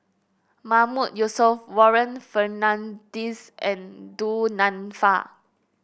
Mahmood Yusof Warren Fernandez and Du Nanfa